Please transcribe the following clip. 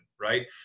right